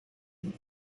him